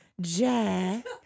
Jack